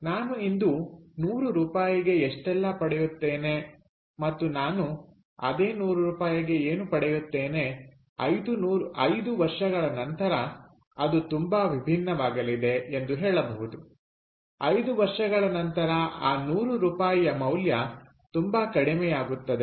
ನಾನು ಇಂದು 100 ರೂಪಾಯಿಗೆ ಎಷ್ಟೆಲ್ಲಾ ಪಡೆಯುತ್ತೇನೆ ಮತ್ತು ನಾನು 100 ರೂಪಾಯಿಗೆ ಏನು ಪಡೆಯುತ್ತೇನೆ 5 ವರ್ಷಗಳ ನಂತರ ಅದು ತುಂಬಾ ವಿಭಿನ್ನವಾಗಲಿದೆ ಎಂದು ಹೇಳಬಹುದು 5 ವರ್ಷಗಳ ನಂತರ ಆ 100ರೂಪಾಯಿಯ ಮೌಲ್ಯ ತುಂಬಾ ಕಡಿಮೆಯಾಗುತ್ತದೆ